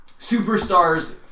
superstars